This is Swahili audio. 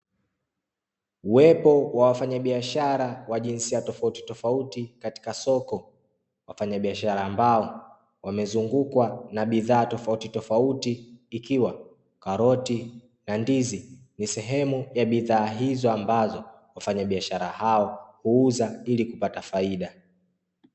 Uwepo wa wafanyabiashara wa jinsia tofautitofauti katika soko, wafanyabiashara ambao wamezungukwa na bidhaa tofautitofauti; ikiwa karoti na ndizi ni sehemu ya bidhaa hizo, ambazo wafanyabiashara hao huuza ili kupata faida.